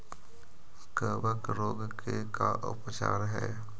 कबक रोग के का उपचार है?